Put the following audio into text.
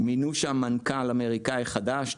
מינו שם מנכ"ל אמריקאי חדש,